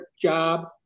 job